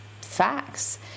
facts